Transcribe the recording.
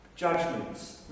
Judgments